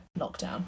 lockdown